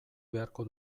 beharko